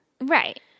Right